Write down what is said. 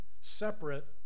separate